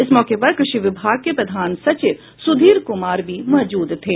इस मौके पर कृषि विभाग के प्रधान सचिव सुधीर कुमार भी मौजूद थे